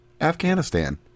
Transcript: Afghanistan